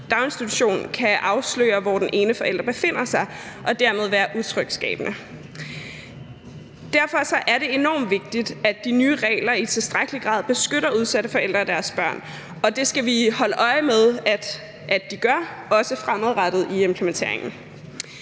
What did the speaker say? daginstitution kan afsløre, hvor den ene forælder befinder sig, og dermed være utryghedsskabende. Derfor er det enormt vigtigt, at de nye regler i tilstrækkelig grad beskytter udsatte forældre og deres børn, og det skal vi holde øje med de også gør fremadrettet i implementeringen.